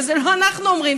ואת זה לא אנחנו אומרים,